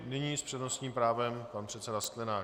Nyní s přednostním právem pan předseda Sklenák.